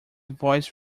voice